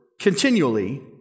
continually